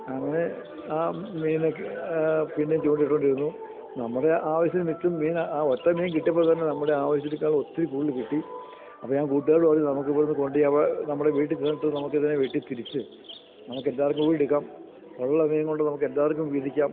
അങ്ങനെ ആ മീനെ പിന്നെയും ചൂണ്ടയിട്ടുകൊണ്ടിരുന്നു നമ്മുടെ ആവശ്യത്തിന് ആ ഒറ്റ മീൻ കിട്ടിയപ്പോള്ത്തന്നെ നമ്മുടെ ആവശ്യത്തിനെക്കാൾ ഒത്തിരി കൂടുതല് കിട്ടി അപ്പോള് ഞാൻ കൂട്ടുകാരോടു പറഞ്ഞു നമുക്ക് ഇവിടുന്ന് കൊണ്ട് നമ്മുടെ വീട്ടില് ചെന്നിട്ട് നമുക്ക് ഇതിനെ വെട്ടിത്തിരിച്ച് നമുക്കെല്ലാവർക്കുംകൂടി എടുക്കാം ഉള്ള മീനുംകൊണ്ട് നമുക്ക് എല്ലാവർക്കും വീതിക്കാം